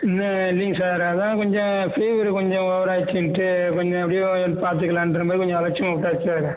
இன்னும் இல்லைங்க சார் அதான் கொஞ்சம் ஃபீவரு கொஞ்சம் ஓவர் ஆகிச்சின்ட்டு கொஞ்சம் எப்படியும் பார்த்துக்கலான்ற மாரி கொஞ்சம் அலட்சியமாக விட்டாச்சி சார்